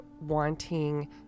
wanting